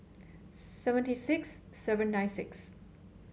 seventy six seven hundred nine six